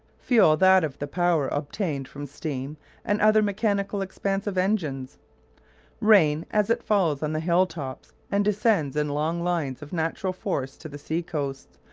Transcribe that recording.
fuel that of the power obtained from steam and other mechanical expansive engines rain, as it falls on the hill-tops and descends in long lines of natural force to the sea coasts,